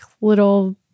little